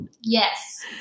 yes